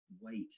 wait